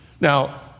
now